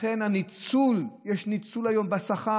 לכן הניצול, יש ניצול היום בשכר.